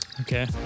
Okay